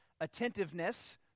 attentiveness